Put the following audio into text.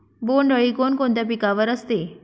बोंडअळी कोणकोणत्या पिकावर असते?